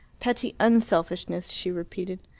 petty unselfishness, she repeated.